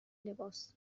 لباس